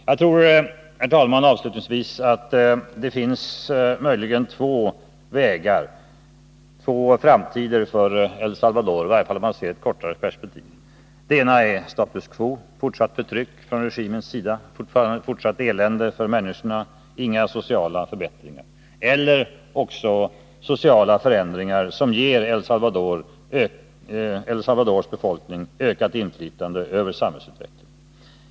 Jag tror, herr talman, att det möjligen finns två framtidsvägar för El Salvador-—i varje fall om man ser problemet i ett kortare perspektiv. Den ena är status quo: fortsatt förtryck från regimens sida, fortsatt elände för människorna, inga sociala förbättringar. Den andra möjligheten är förändringar som ger El Salvadors befolkning ökat inflytande över samhällsutvecklingen.